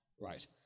Right